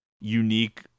unique